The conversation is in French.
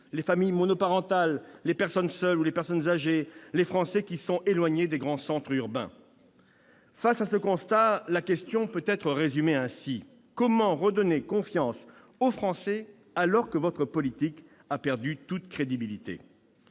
les familles monoparentales, les personnes seules ou âgées et les Français qui sont éloignés des grands centres urbains. Face à ce constat, la question peut être résumée ainsi : comment redonner confiance aux Français alors que votre politique a perdu toute crédibilité ?